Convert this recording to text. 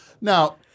Now